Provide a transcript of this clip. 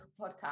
Podcast